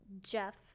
jeff